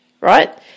right